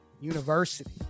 university